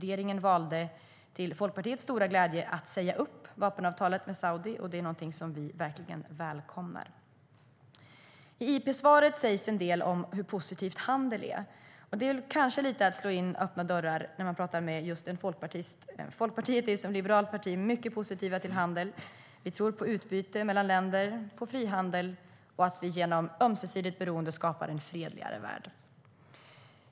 Regeringen valde, till Folkpartiets stora glädje, att säga upp vapenavtalet med Saudi, och det var något som vi verkligen välkomnade. I interpellationssvaret sägs en del om hur positivt det är med handel, och det kanske är lite att slå in öppna dörrar när man talar med en folkpartist. Folkpartiet är som liberalt parti mycket positivt till handel. Vi tror på utbyte mellan länder, på frihandel och på att vi genom ömsesidigt beroende skapar en fredligare värld.